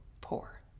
poor